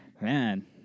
man